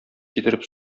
китереп